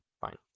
Fine